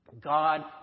God